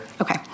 Okay